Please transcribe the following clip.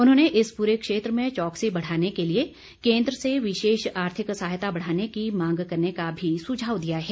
उन्होंने इस पूरे क्षेत्र में चौकसी बढ़ाने के लिए केन्द्र से विशेष आर्थिक सहायता बढ़ाने की मांग करने का भी सुझाव दिया है